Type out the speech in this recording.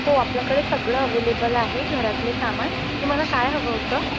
हो आपल्याकडे सगळं अवलेबल आहे घरातले सामान तुम्हाला काय हवं होतं